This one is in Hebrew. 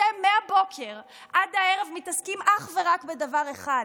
אתם מהבוקר עד הערב מתעסקים אך ורק בדבר אחד,